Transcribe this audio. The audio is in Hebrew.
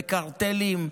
בקרטלים,